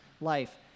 life